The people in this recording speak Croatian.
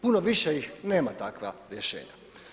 Puno više ih nema takva rješenja.